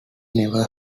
never